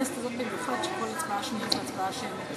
איפה סגן השר שאמור להשיב?